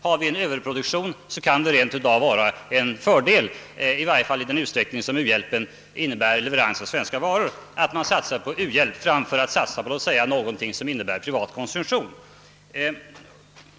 Har vi överproduktion kan det rent av vara en fördel — i varje fall i den utsträckning u-hjälpen innebär leverans av svenska varor — att satsa på u-hjälp framför att satsa på låt mig säga någonting som innebär privat konsumtion.